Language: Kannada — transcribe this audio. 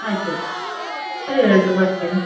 ಆಯಿತು ಸರಿ ಹೇಳಿರಿ ಬರ್ತೀವಿ